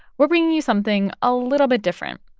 we're bringing you something a little bit different.